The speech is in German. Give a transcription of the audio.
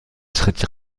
tritt